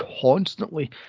constantly